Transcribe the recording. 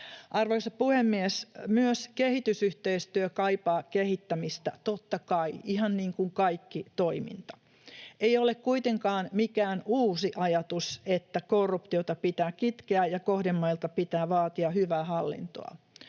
Arvoisa puhemies! Myös kehitysyhteistyö kaipaa kehittämistä, totta kai, ihan niin kuin kaikki toiminta. Ei ole kuitenkaan mikään uusi ajatus, että korruptiota pitää kitkeä ja kohdemailta pitää vaatia hyvää hallintoa.